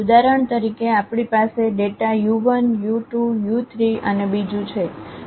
ઉદાહરણ તરીકે આપણી પાસે ડેટા યુ 1 યુ 2 યુ 3 અને બીજું છે